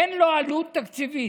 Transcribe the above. אין לו עלות תקציבית.